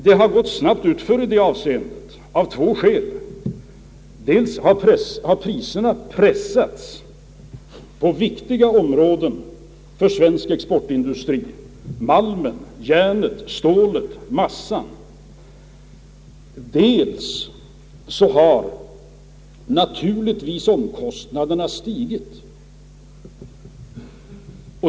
Det har gått snabbt utför i det avseendet av två skäl. Dels har priserna pressats på viktiga områden för svensk exportindustri, nämligen när det gäller t.ex. malm, järn, stål och massa, och dels har naturligtvis omkostnaderna stigit.